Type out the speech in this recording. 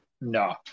No